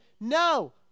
no